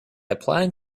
applying